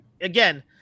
again